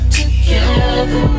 together